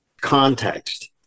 context